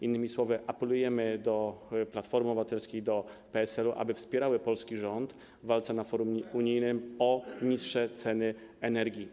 Innymi słowy, apelujemy do Platformy Obywatelskiej, do PSL-u, aby wspierały polski rząd w walce na forum unijnym o niższe ceny energii.